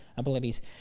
abilities